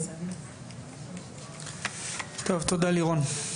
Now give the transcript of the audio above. תודה, לירון.